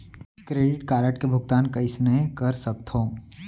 Credit card के भुगतान कईसने कर सकथो?